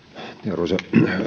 arvoisa